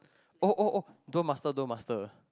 oh oh oh Duel-Master Duel-Master